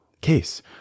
Case